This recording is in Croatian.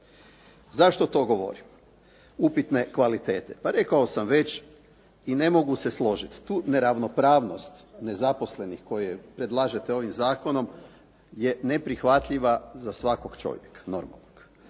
Zašto to govorim upitne kvalitete? Pa rekao sam već i ne mogu se složiti tu neravnopravnost nezaposlenih koje predlažete ovim zakonom je neprihvatljiva za svakog čovjeka, normalnog.